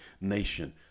nation